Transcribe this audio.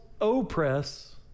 oppress